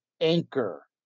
Anchor